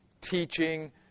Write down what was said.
teaching